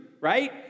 right